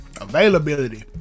Availability